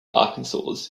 arkansas